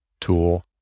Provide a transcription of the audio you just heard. tool